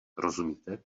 rozumíte